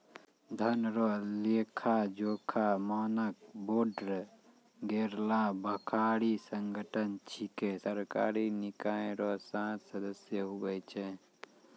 धन रो लेखाजोखा मानक बोर्ड गैरलाभकारी संगठन छिकै सरकारी निकाय रो सात सदस्य हुवै छै